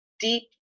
deep